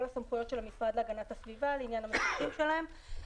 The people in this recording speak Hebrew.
הסמכויות של המשרד להגנת הסביבה לעניין המפקחים שלהם,